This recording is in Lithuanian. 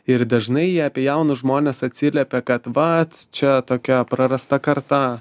ir dažnai jie apie jaunus žmones atsiliepia kad vat čia tokia prarasta karta